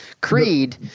Creed